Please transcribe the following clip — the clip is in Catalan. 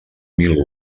mil